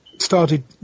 started